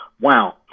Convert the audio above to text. Wow